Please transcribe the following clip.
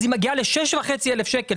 אז היא מגיעה ל-6,500 שקל.